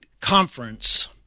conference